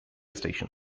station